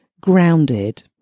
grounded